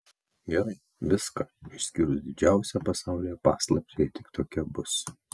gerai viską išskyrus didžiausią pasaulyje paslaptį jei tik tokia bus